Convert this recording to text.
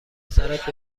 سرت